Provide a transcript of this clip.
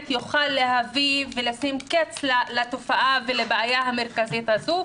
יוכל להביא ולשים קץ לתופעה ולבעיה המרכזית הזו.